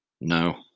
no